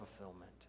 fulfillment